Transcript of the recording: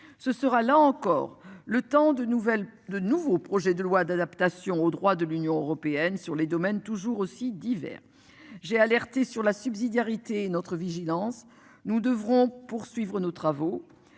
ce sera là encore le temps de nouvelles de nouveau projet de loi d'adaptation au droit de l'Union européenne sur les domaines toujours aussi divers. J'ai alerté sur la subsidiarité notre vigilance, nous devrons poursuivre nos travaux